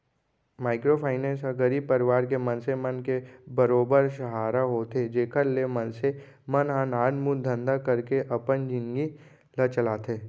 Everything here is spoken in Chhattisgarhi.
माइक्रो फायनेंस ह गरीब परवार के मनसे मन के बरोबर सहारा होथे जेखर ले मनसे मन ह नानमुन धंधा करके अपन जिनगी ल चलाथे